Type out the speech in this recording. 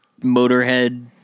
Motorhead